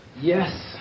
Yes